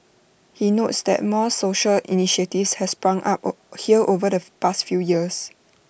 he notes that more social initiatives has sprung up here over the past few years